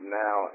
now